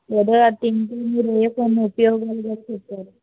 ఏదో అది తింటే మీరు కొన్ని ఉపయోగాలు కూడా చెప్పారు